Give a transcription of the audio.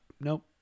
nope